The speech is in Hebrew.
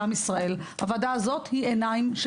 מטעם הוועדה לביקורת המדינה.